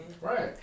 Right